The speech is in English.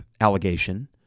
allegation